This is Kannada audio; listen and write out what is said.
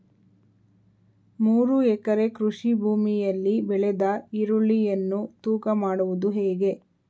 ಮೂರು ಎಕರೆ ಕೃಷಿ ಭೂಮಿಯಲ್ಲಿ ಬೆಳೆದ ಈರುಳ್ಳಿಯನ್ನು ತೂಕ ಮಾಡುವುದು ಹೇಗೆ?